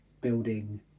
building